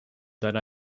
that